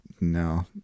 No